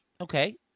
Okay